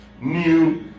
New